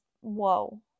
whoa